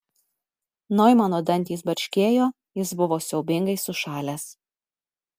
noimano dantys barškėjo jis buvo siaubingai sušalęs